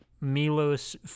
Milos